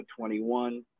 21